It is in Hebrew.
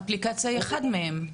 האפליקציה היא אחד מהם.